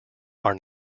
are